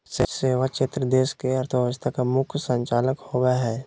सेवा क्षेत्र देश के अर्थव्यवस्था का मुख्य संचालक होवे हइ